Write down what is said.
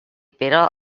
pere